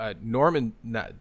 Norman